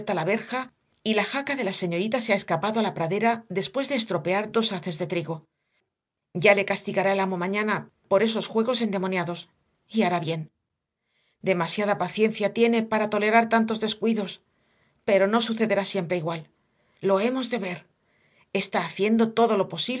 la verja y la jaca de la señorita se ha escapado a la pradera después de estropear dos haces de trigo ya le castigará el amo mañana por esos juegos endemoniados y hará bien demasiada paciencia tiene por tolerar tantos descuidos pero no sucederá siempre igual lo hemos de ver está haciendo todo lo posible